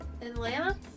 Atlanta